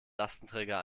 lastenträger